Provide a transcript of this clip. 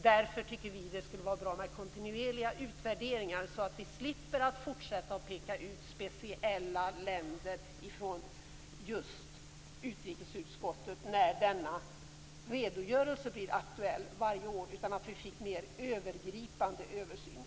Därför tycker vi att det skulle vara bra med kontinuerliga utvärderingar, så att utrikesutskottet slipper att peka ut speciella länder när denna redogörelse blir aktuell varje år. Vi skulle vilja ha en mer övergripande översyn.